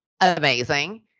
amazing